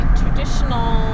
traditional